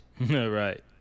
right